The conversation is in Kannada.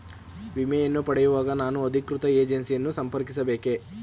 ವಿಮೆಯನ್ನು ಪಡೆಯುವಾಗ ನಾನು ಅಧಿಕೃತ ಏಜೆನ್ಸಿ ಯನ್ನು ಸಂಪರ್ಕಿಸ ಬೇಕೇ?